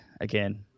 again